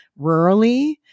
rurally